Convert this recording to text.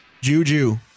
Juju